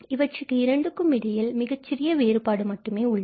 இவற்றுக்கும் இரண்டுக்கும் இடையில் மிக சிறிய வேறுபாடு மட்டுமே உள்ளது